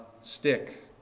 stick